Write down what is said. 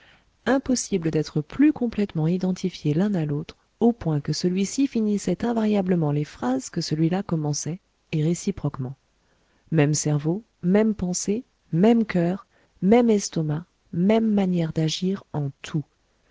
impossible d'être plus complètement identifiés l'un à l'autre au point que celui-ci finissait invariablement les phrases que celui là commençait et réciproquement même cerveau mêmes pensées même coeur même estomac même manière d'agir en tout